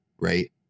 right